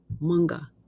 manga